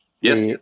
Yes